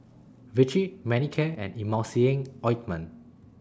Vichy Manicare and Emulsying Ointment